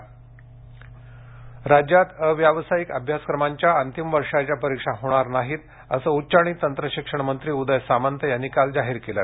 परीक्षा रद्द राज्यात अव्यावसायिक अभ्यासक्रमांच्या अंतिम वर्षाच्या परीक्षा होणार नाहीत असं उच्च आणि तंत्र शिक्षण मंत्री उदय सामंत यांनी काल जाहीर केलं